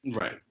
Right